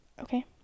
Okay